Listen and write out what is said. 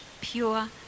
pure